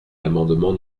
l’amendement